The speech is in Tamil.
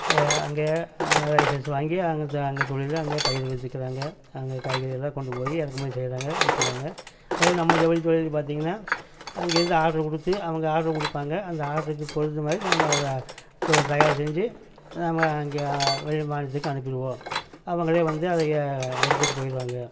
அதை அங்கே லைசென்ஸ் வாங்கி அங்கே அங்கே தொழில் அங்கே பயிர் விதைக்கிறாங்க அங்கே காய்கறியெல்லாம் கொண்டுப்போய் இறக்குமதி செய்யுறாங்க விக்கிறாங்க அதோடு நம்ம ஜவுளித்தொழில் பார்த்திங்கன்னா அங்கிருந்து ஆர்டரு கொடுத்து அவங்க ஆர்டரு கொடுப்பாங்க அந்த ஆர்டருக்கு பொறுத்த மாதிரி நாம் தயார் செஞ்சு நாம் அங்கே வெளி மாநிலத்துக்கு அனுப்பிவிடுவோம் அவர்களே வந்து அதை எடுத்துகிட்டு போயிடுவாங்க